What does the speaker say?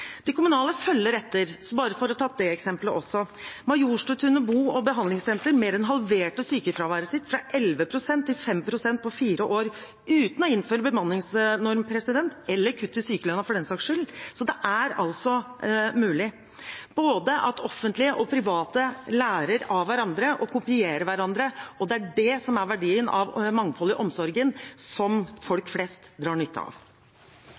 De kommunale følger etter, bare for å ta det eksempelet også: Majorstutunet bo- og behandlingssenter mer enn halverte sykefraværet sitt, fra 11 pst. til 5 pst., på fire år, uten å innføre bemanningsnorm eller kutt i sykelønnen, for den saks skyld, så det er altså mulig. Både offentlige og private lærer av hverandre og kopierer hverandre, og det er det som er verdien av mangfold i omsorgen, som folk flest drar nytte av.